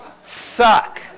suck